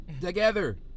together